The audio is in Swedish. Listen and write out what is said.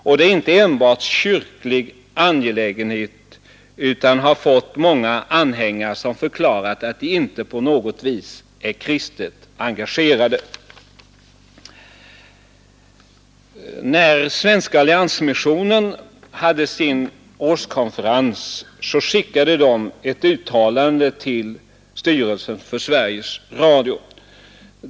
Kampanjen är inte heller enbart en kyrklig angelägenhet, utan den har fått många anhängare som förklarat att de inte på något vis är kristet engagerade. Svenska alliansmissionen skickade i samband med sin årskonferens ett uttalande till styrelsen för Sveriges Radio.